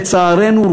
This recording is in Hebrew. לצערנו,